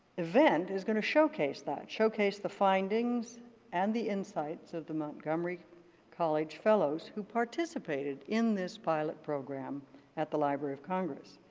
is going to showcase that, showcase the findings and the insights of the montgomery college fellows who participated in this pilot program at the library of congress.